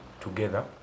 together